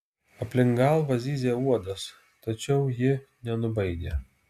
aplink galvą zyzė uodas tačiau ji nenubaidė